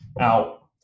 out